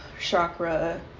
chakra